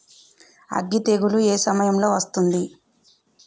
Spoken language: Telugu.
అగ్గి తెగులు ఏ సమయం లో వస్తుంది?